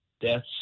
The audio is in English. deaths